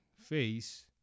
face